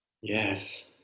Yes